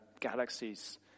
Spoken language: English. galaxies